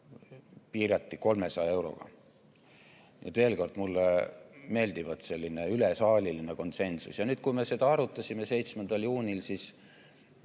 piirati 300 euroga. Nii et veel kord: mulle meeldib selline ülesaaliline konsensus. Kui me seda arutasime 7. juunil, siis